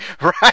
right